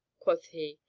quoth he,